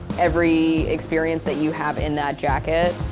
every experience that you have in that jacket,